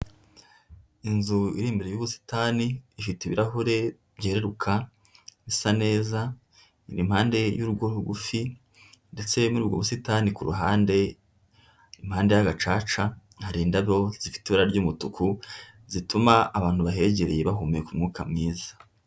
Inzu iri imbere y'ubusitani, ifite ibirahure byereruka, isa neza, iri impande y'urugo rugufi, ndetse muri ubwo busitani kuruhande, impande yagacaca, hari indabo z'ifite ibara ry'umutuku, zituma abantu bahegereye bahumeka umwuka mwiza.